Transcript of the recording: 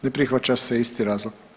Ne prihvaća se, isti razlog.